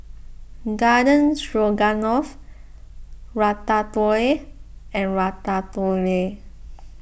Garden Stroganoff Ratatouille and Ratatouille